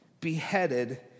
beheaded